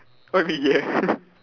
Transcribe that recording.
what you mean yeah